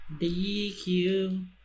dq